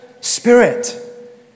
Spirit